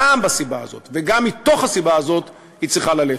גם מהסיבה הזאת וגם מתוך הסיבה הזאת היא צריכה ללכת.